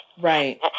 Right